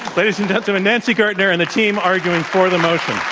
ladies and gentlemen, nancy gertner and the team arguing for the motion.